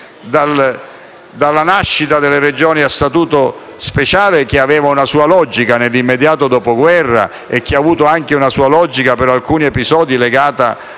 La nascita delle Regioni a statuto speciale aveva una sua logica nell'immediato Dopoguerra ed ha avuto anche una sua logica in alcuni episodi legati all'esistenza